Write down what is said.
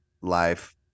life